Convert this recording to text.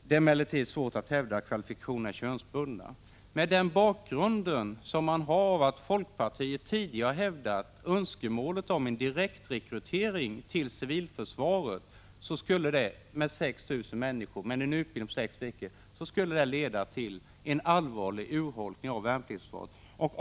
Det är emellertid svårt att hävda att kvalifikationerna är könsbundna.” Mot bakgrunden av att folkpartiet tidigare hävdat önskemål om en direktrekrytering till civilförsvaret, skulle detta med 6 000 människor på en utbildning om sex veckor leda till en allvarlig urholkning av värnpliktsförsvaret.